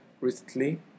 recently